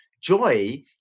joy